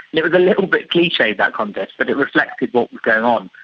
and it was a little bit cliched, that contest, but it reflected what was going on.